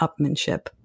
upmanship